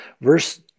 Verse